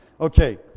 Okay